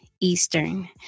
Eastern